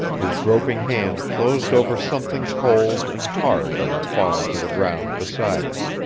his groping hand closed over something cold and hard that had fallen to the ground beside him.